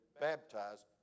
baptized